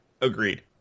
Agreed